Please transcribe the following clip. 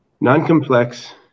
Non-complex